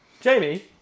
Jamie